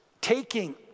taking